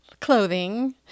Clothing